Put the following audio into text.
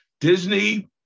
Disney